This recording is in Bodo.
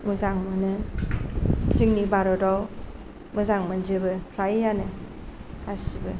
मोजां मोनो जोंनि भारतआव मोजां मोनजोबो फ्रायानो गासिबो